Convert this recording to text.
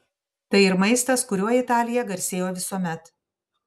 tai ir maistas kuriuo italija garsėjo visuomet